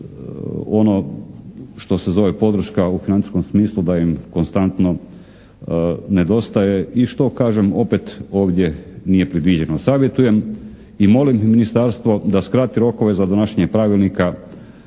ono što se zove podrška u financijskom smislu da im konstantno nedostaje i što kažem opet ovdje nije predviđeno. Savjetujem i molim ministarstvo da skrati rokove za donošenje pravilnika